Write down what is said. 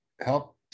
help